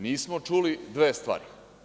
Nismo čuli dve stvari.